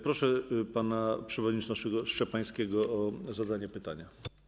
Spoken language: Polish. Proszę pana przewodniczącego Szczepańskiego o zadanie pytania.